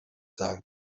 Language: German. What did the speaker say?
sagen